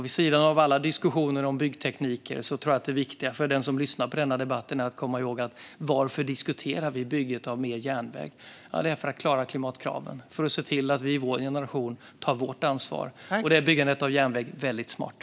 Vid sidan av alla diskussioner om byggtekniker tror jag att det viktiga för den som lyssnar på denna debatt är att komma ihåg varför vi diskuterar byggandet av mer järnväg: Det är för att klara klimatkraven och för att se till att vi i vår generation tar vårt ansvar. Där är byggandet av järnväg väldigt smart.